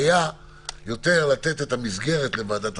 אני רוצה לקחת אחריות כוללת ולהתמודד עם